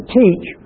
teach